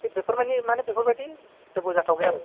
बे बेफोर मानि बेफोरबायदि जेबो जाथ'आखै आरो